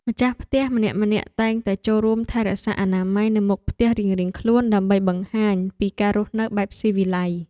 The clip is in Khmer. ម្ចាស់ផ្ទះម្នាក់ៗតែងតែចូលរួមថែរក្សាអនាម័យនៅមុខផ្ទះរៀងៗខ្លួនដើម្បីបង្ហាញពីការរស់នៅបែបស៊ីវិល័យ។